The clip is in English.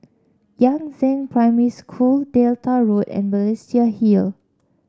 Yangzheng Primary School Delta Road and Balestier Hill